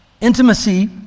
Intimacy